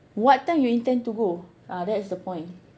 what time you intend to go ah that's the point